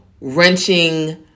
wrenching